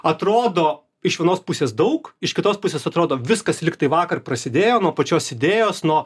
atrodo iš vienos pusės daug iš kitos pusės atrodo viskas lyg tai vakar prasidėjo nuo pačios idėjos nuo